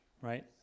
Right